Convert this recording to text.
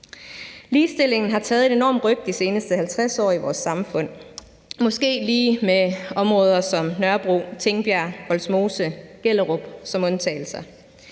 Ligestillingen har taget et enormt ryk de seneste 50 år i vores samfund, måske lige med områder som Nørrebro, Tingbjerg, Vollsmose og Gellerup som undtagelser,